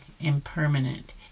impermanent